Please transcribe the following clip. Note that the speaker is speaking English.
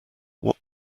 what